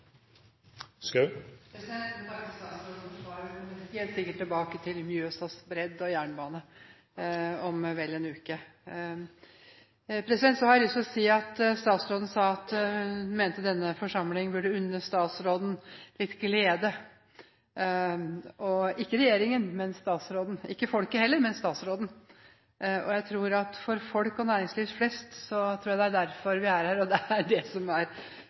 Jeg må takke statsråden for svaret, og vi kommer helt sikkert tilbake til Mjøsas bredd og jernbane om vel en uke. Så har jeg lyst til å si at statsråden sa at hun mente denne forsamling burde unne statsråden litt glede – ikke regjeringen, men statsråden, og ikke folket heller, men statsråden. Jeg tror at for folk flest og næringslivet er det derfor vi er her, og det er det som er